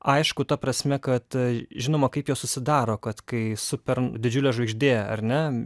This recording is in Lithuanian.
aišku ta prasme kad žinoma kaip jos susidaro kad kai super didžiulė žvaigždė ar ne